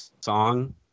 song